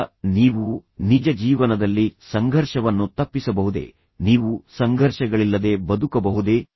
ಈಗ ನೀವು ನಿಜ ಜೀವನದಲ್ಲಿ ಸಂಘರ್ಷವನ್ನು ತಪ್ಪಿಸಬಹುದೇ ನೀವು ಸಂಘರ್ಷಗಳಿಲ್ಲದೆ ಬದುಕಬಹುದೇ